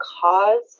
cause